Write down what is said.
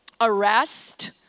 arrest